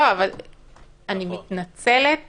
אני מתנצלת